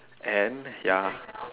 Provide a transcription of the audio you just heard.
and ya